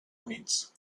units